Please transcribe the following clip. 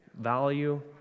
value